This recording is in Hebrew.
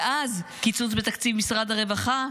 ואז קיצוץ בתקציב משרד הרווחה,